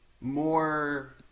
more